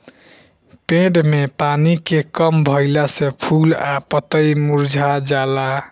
पेड़ में पानी के कम भईला से फूल आ पतई मुरझा जाला